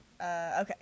Okay